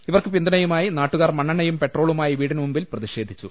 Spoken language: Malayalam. ഇവർക്ക് പിന്തുണയുമായി നാട്ടുകാർ മണ്ണെണ്ണയും പെട്രോളുമായി വീടിന് മുന്നിൽ പ്രതിഷേധിച്ചു